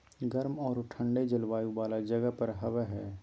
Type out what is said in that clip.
गर्म औरो ठन्डे जलवायु वाला जगह पर हबैय हइ